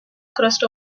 crust